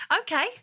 okay